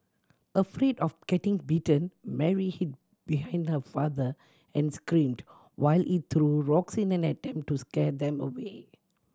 afraid of getting bitten Mary hid behind her father and screamed while he threw rocks in an attempt to scare them away